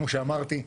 כמו שאמרתי,